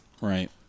Right